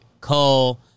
Cole